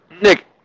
Nick